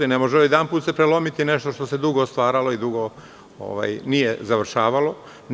I ne može odjedanput se prelomiti nešto što se tako dugo stvaralo i dugo nije završavalo.